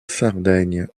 sardaigne